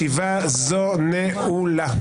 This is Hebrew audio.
ישיבה זו נעולה.